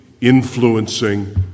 influencing